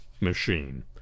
machine